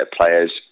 players